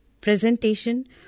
presentation